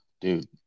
Dude